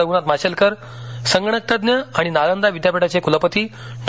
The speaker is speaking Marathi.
रघुनाथ माशेलकर संगणक तज्ञ आणि नालंदा विद्यापीठाचे कुलपती डॉ